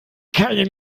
keinen